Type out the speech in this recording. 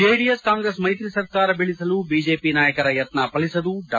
JDS Congress ಮೈತ್ರಿ ಸರ್ಕಾರ ಬೀಳಿಸಲು ಬಿಜೆಪಿ ನಾಯಕರ ಯತ್ನ ಫಲಿಸದು ಡಾ